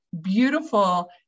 beautiful